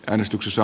äänestyksessä